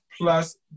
Plus